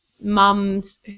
mums